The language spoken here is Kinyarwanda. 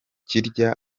kirya